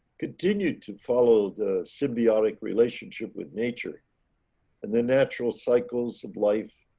continued to follow the symbiotic relationship with nature and the natural cycles of life,